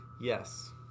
yes